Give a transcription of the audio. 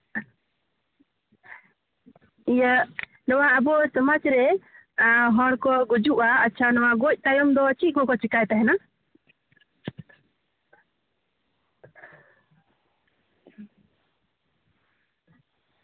ᱤᱭᱟᱹ ᱱᱚᱣᱟ ᱟᱵᱚ ᱥᱚᱢᱟᱡᱽ ᱨᱮ ᱦᱚᱲ ᱠᱚ ᱜᱩᱡᱩᱜᱼᱟ ᱟᱪᱪᱷᱟ ᱜᱚᱡ ᱛᱟᱭᱚᱢ ᱫᱚ ᱪᱮᱫ ᱠᱚᱠᱚ ᱪᱮᱠᱟᱭ ᱛᱟᱦᱮᱱᱟ